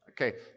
Okay